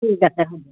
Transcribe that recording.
ঠিক আছে হ'ব